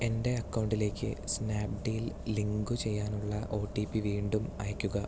എൻ്റെ അക്കൗണ്ടിലേക്ക് Snapdeal link ചെയ്യാനുള്ള ഓ ടി പി വീണ്ടും അയക്കുക